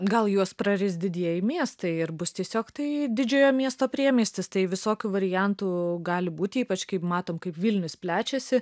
gal juos praris didieji miestai ir bus tiesiog tai didžiojo miesto priemiestis tai visokių variantų gali būti ypač kaip matom kaip vilnius plečiasi